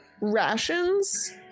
Rations